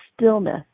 stillness